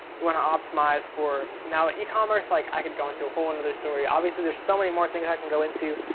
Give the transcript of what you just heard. you want to optimize for, now ah ecommerce like i could go into a whole another story. obviously there's so many more things i could go into.